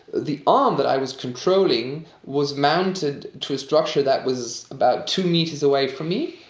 the arm that i was controlling was mounted to a structure that was about two metres away from me.